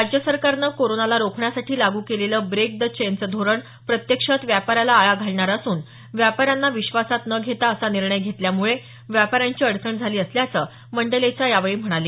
राज्य सरकारनं कोरोनाला रोखण्यासाठी लागू केलेलं ब्रेक द चेनचं धोरण प्रत्यक्षात व्यापाराला आळा घालणारं असून व्यापाऱ्यांना विश्वासात न घेता असा निर्णय घेतल्यामुळे व्यापाऱ्यांची अडचण झाली असल्याचं मंडलेचा यावेळी म्हणाले